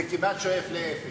זה כמעט שואף לאפס.